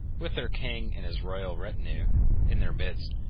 with their king and his royal retinue in their midst,